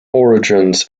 origins